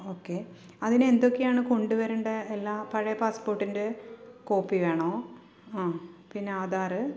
okay അതിനെന്തൊക്കെയാണ് കൊണ്ടുവരേണ്ടേ അല്ലാ പഴയ പാസ്പോർട്ടിൻ്റെ കോപ്പി വേണോ ആ പിന്നെ ആധാര്